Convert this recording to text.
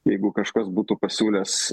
jeigu kažkas būtų pasiūlęs